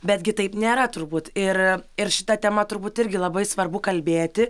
betgi taip nėra turbūt ir ir šita tema turbūt irgi labai svarbu kalbėti